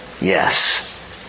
Yes